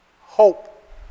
hope